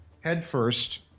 headfirst